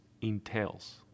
entails